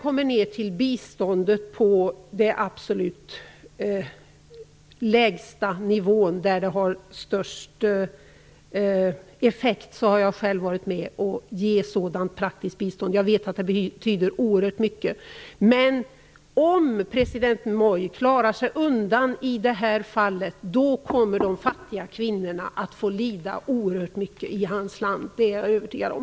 Praktiskt bistånd på den absolut lägsta nivån, där det har störst effekt, har jag själv varit med om att ge. Jag vet att det betyder oerhört mycket. Men om president Moi klarar sig undan i det här fallet, då kommer de fattiga kvinnorna i hans land att få lida oerhört mycket, det är jag övertygad om.